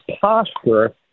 posture